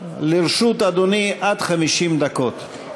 לרשות אדוני עד 50 דקות.